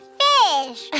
fish